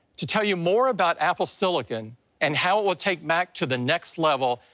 to tell you more about apple silicon and how it will take mac to the next level,